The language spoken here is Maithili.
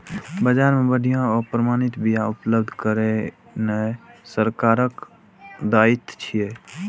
बाजार मे बढ़िया आ प्रमाणित बिया उपलब्ध करेनाय सरकारक दायित्व छियै